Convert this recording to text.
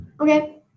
Okay